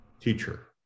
teacher